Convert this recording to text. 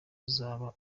azaba